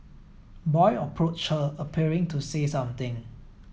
boy approached her appearing to say something